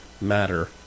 matter